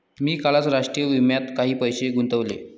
मी कालच राष्ट्रीय विम्यात काही पैसे गुंतवले